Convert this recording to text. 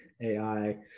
AI